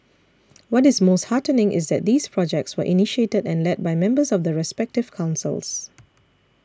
what is most heartening is that these projects were initiated and led by members of the respective councils